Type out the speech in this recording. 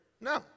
No